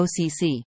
OCC